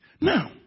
Now